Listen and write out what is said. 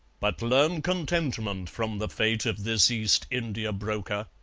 but learn contentment from the fate of this east india broker.